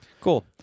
cool